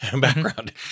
background